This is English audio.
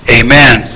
amen